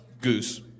Goose